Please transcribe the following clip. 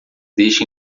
deixe